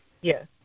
yes